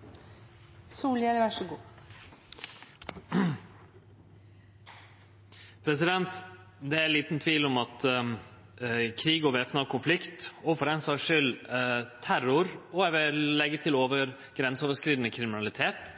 for den saks skyld terror, og eg vil leggje til grenseoverskridande kriminalitet,